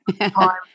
time